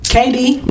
Katie